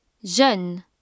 jeune